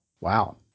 Wow